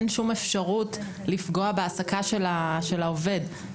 אין שום אפשרות לפגוע בהעסקה של העובד.